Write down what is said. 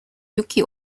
yuki